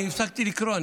אני הפסקתי לקרוא.